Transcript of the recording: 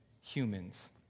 humans